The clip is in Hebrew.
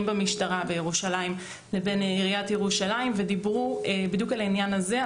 במשטרה בירושלים לבין עיריית ירושלים ודיברו בדיוק על העניין הזה.